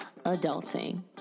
adulting